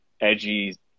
edgy